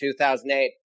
2008